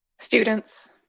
students